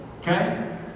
okay